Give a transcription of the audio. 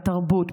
בתרבות,